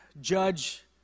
judge